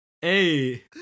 Hey